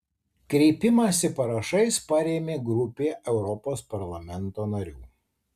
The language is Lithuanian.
kreipimąsi parašais parėmė grupė europos parlamento narių